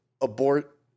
abort